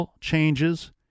changes